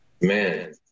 man